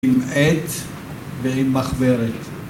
‫עם עט ועם מחברת.